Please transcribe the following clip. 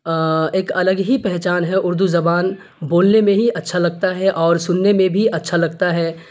ایک الگ ہی پہچان ہے اردو زبان بولنے میں ہی اچھا لگتا ہے اور سننے میں بھی اچھا لگتا ہے